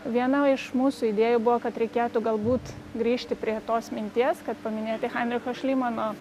viena iš mūsų idėjų buvo kad reikėtų galbūt grįžti prie tos minties kad paminėti heinricho šlymano